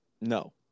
no